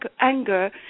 anger